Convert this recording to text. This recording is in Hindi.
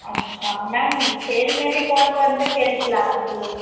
अच्छा मैम खेल में भी कौन कौन से खेल खेलाना चाहिए